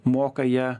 moka ja